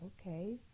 okay